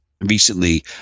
Recently